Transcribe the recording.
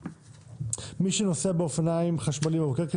מי שנוסע באופניים חשמליים או בקורקינט